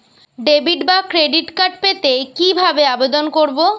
Debit বা credit card পেতে কি ভাবে আবেদন করব?